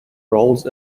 roles